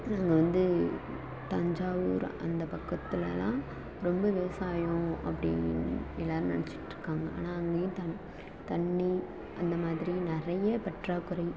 நாங்கள் வந்து தஞ்சாவூர் அந்த பக்கத்துலேலாம் ரொம்ப விவசாயம் அப்படி எல்லாரும் நினச்சிட்ருக்காங்க ஆனால் அங்கேயும் தண் தண்ணி அந்த மாதிரி நிறைய பற்றாக்குறை